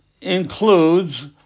includes